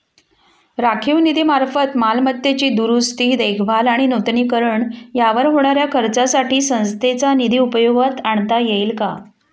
राखीव निधीमार्फत मालमत्तेची दुरुस्ती, देखभाल आणि नूतनीकरण यावर होणाऱ्या खर्चासाठी संस्थेचा निधी उपयोगात आणता येईल का?